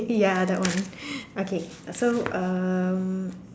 ya that one okay so um